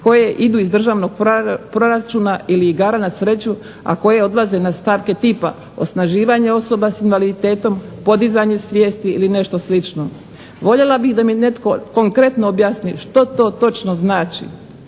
koje idu iz državnog proračuna ili igara na sreću, a koje odlaze na stavke tipa osnaživanje osoba sa invaliditetom, podizanje svijesti ili nešto slično. Voljela bih da mi netko konkretno objasni što to točno znači.